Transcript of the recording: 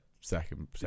second